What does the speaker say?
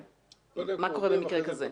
מה קורה במקרה כזה?